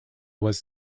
was